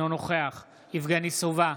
אינו נוכח יבגני סובה,